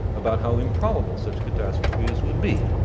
about how improbable such catastrophes would be.